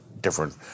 different